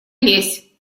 лезь